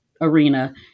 arena